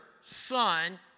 son